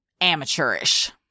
amateurish